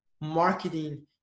marketing